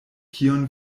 kion